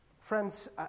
Friends